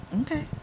Okay